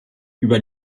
über